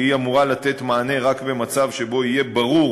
שאמורה לתת מענה רק במצב שבו יהיה ברור